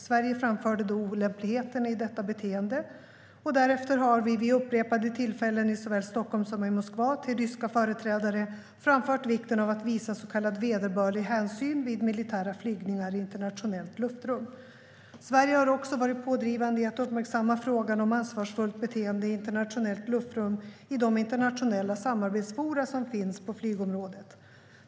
Sverige framförde då olämpligheten i detta beteende. Därefter har vi vid upprepade tillfällen, i såväl Stockholm som Moskva, till ryska företrädare framfört vikten av att visa så kallad vederbörlig hänsyn vid militära flygningar i internationellt luftrum. Sverige har också varit pådrivande i att uppmärksamma frågan om ansvarsfullt beteende i internationellt luftrum i de internationella samarbetsforum som finns på flygområdet.